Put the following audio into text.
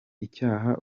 icyaha